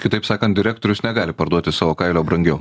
kitaip sakant direktorius negali parduoti savo kailio brangiau